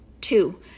Two